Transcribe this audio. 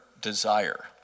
desire